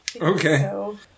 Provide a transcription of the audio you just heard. Okay